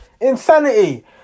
Insanity